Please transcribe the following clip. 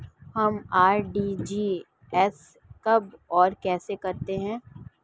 हम आर.टी.जी.एस कब और कैसे करते हैं?